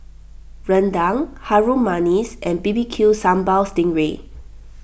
Rendang Harum Manis and B B Q Sambal Sting Ray